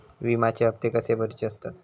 विम्याचे हप्ते कसे भरुचे असतत?